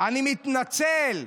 אני מתנצל,